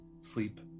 sleep